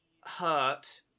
hurt